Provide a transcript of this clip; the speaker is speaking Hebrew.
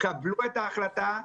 קבלו את ההחלטה,